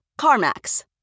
CarMax